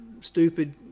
stupid